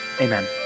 Amen